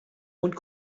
und